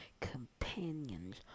companions